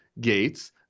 Gates